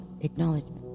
acknowledgement